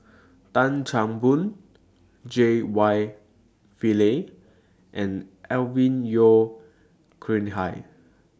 Tan Chan Boon J Y Pillay and Alvin Yeo Khirn Hai